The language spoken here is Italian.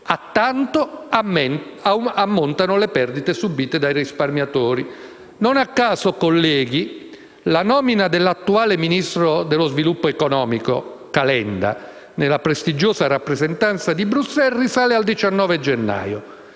A tanto ammontano le perdite subite dai risparmiatori. Non a caso, colleghi, la nomina dell'attuale ministro dello sviluppo economico Calenda nella prestigiosa Rappresentanza di Bruxelles risale al 19 gennaio,